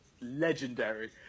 legendary